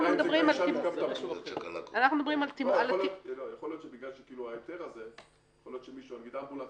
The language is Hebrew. יכול להיות שבגלל ההיתר הזה אמבולנס